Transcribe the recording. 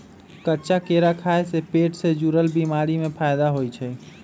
कच्चा केरा खाय से पेट से जुरल बीमारी में फायदा होई छई